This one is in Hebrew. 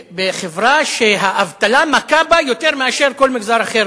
בחברה שהאבטלה מכה בה יותר מאשר בכל מגזר אחר